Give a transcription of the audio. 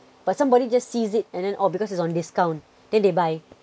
but somebody just sees it and then oh because it's on discount then they buy